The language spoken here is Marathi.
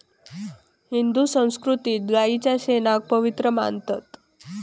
हिंदू संस्कृतीत गायीच्या शेणाक पवित्र मानतत